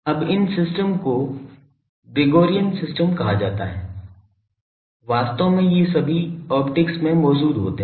अब इन सिस्टम को ग्रेगोरियन सिस्टम कहा जाता है वास्तव में ये सभी ऑप्टिक्स में मौजूद हैं